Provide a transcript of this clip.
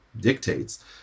dictates